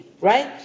right